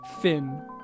Finn